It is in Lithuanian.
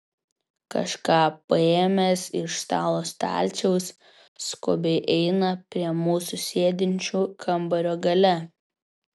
kažką paėmęs iš stalo stalčiaus skubiai eina prie mūsų sėdinčių kambario gale